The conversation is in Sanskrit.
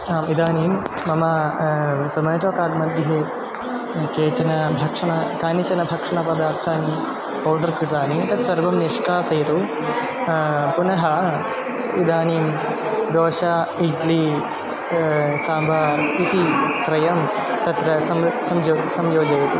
आम् इदानीं मम झोमेटो कार्ड् मध्ये कानिचन भक्षणानि कानिचन भक्षणपदार्थानि ओर्डर् कृतानि तत्सर्वं निष्कासयतु पुनः इदानीं दोशा इड्लि साम्बार् इति त्रयं तत्र सं संजो संयोजयतु